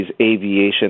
aviation